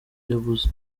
yabuze